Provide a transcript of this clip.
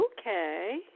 Okay